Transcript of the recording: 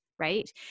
Right